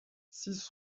six